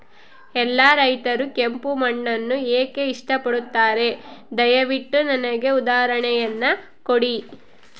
ಎಲ್ಲಾ ರೈತರು ಕೆಂಪು ಮಣ್ಣನ್ನು ಏಕೆ ಇಷ್ಟಪಡುತ್ತಾರೆ ದಯವಿಟ್ಟು ನನಗೆ ಉದಾಹರಣೆಯನ್ನ ಕೊಡಿ?